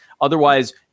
Otherwise-